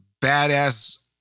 badass